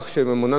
ובעלי-בתים,